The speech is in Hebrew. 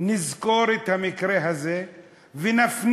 נזכור את המקרה הזה ונפנים